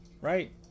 right